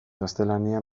gaztelania